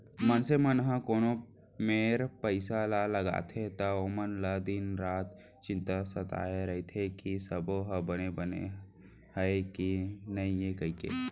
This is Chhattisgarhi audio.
मनसे मन ह कोनो मेर पइसा ल लगाथे त ओमन ल दिन रात चिंता सताय रइथे कि सबो ह बने बने हय कि नइए कइके